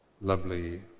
lovely